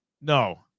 No